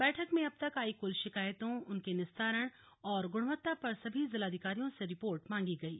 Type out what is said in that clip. बैठक में अब तक आई कुल शिकायतों उनके निस्तारण और गुणवत्ता पर सभी जिलाधिकारियों से रिपोर्ट मांगी गयी